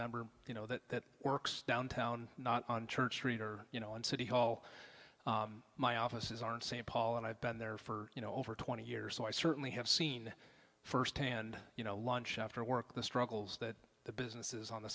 member you know that works downtown not on church street or you know in city hall my offices are in st paul and i've been there for you know over twenty years so i certainly have seen firsthand you know lunch after work the struggles that the businesses on the